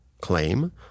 claim